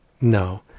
No